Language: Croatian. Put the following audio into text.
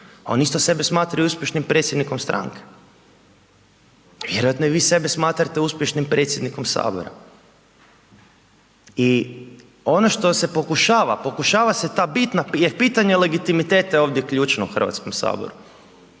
on isto sebe smatra uspješnim predsjednikom stranke. Vjerojatno i vi sebe smatrate uspješnim predsjednikom Sabora i ono što se pokušava, pokušava se ta bitna jer pitanje legitimiteta je ovdje ključna u HS-u.